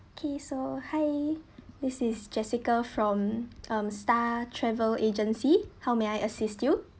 okay so hi this is jessica from um star travel agency how may I assist you